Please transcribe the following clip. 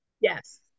Yes